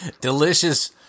Delicious